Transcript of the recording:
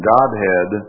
Godhead